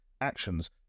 actions